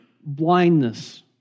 Blindness